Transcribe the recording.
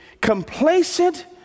complacent